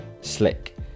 slick